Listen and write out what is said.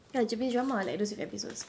ya japanese drama like those with episodes